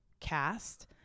cast